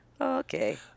okay